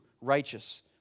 righteous